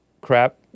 crap